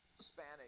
Spanish